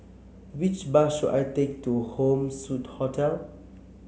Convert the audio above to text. which bus should I take to Home Suite Hotel